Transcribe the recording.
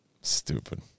Stupid